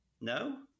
No